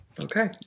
Okay